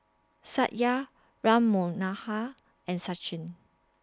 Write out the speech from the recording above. Satya Ram Manohar and Sachin